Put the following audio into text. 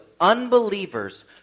unbelievers